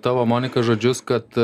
tavo monika žodžius kad